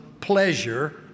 pleasure